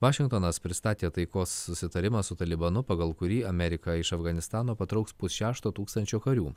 vašingtonas pristatė taikos susitarimą su talibanu pagal kurį amerika iš afganistano patrauks pusšešto tūkstančio karių